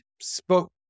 spoke